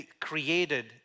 created